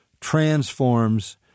transforms